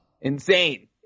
insane